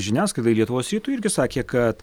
žiniasklaidai lietuvos rytui irgi sakė kad